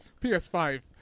PS5